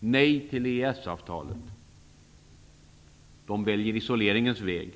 Nej till EES-avtalet. De väljer isoleringens väg.